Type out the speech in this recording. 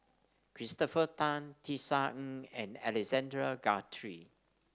Christopher Tan Tisa Ng and Alexander Guthrie